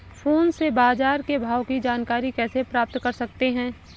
Phone से बाजार के भाव की जानकारी कैसे प्राप्त कर सकते हैं?